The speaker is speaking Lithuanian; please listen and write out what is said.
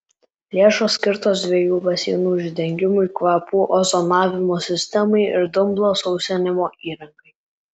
lėšos skirtos dviejų baseinų uždengimui kvapų ozonavimo sistemai ir dumblo sausinimo įrangai